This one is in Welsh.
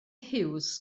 hughes